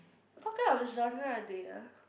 what kind of genre are they ah